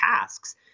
tasks